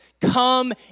come